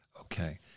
Okay